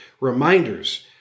Reminders